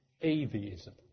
Atheism